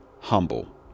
humble